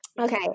okay